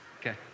Okay